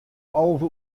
alve